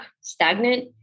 stagnant